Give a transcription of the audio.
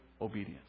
obedience